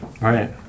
Right